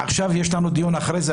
עכשיו יש לנו דיון אחרי זה,